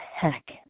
heck